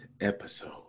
episode